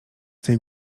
tej